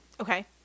Okay